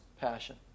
passion